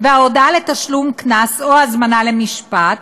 וההודעה לתשלום קנס או הזמנה למשפט